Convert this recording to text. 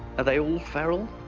are they all feral?